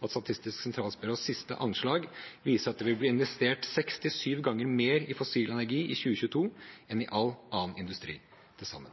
at Statistisk sentralbyrås siste anslag viser at det vil bli investert 67 ganger mer i fossil energi i 2022 enn i all annen industri til sammen.